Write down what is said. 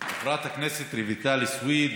חברת הכנסת רויטל סויד,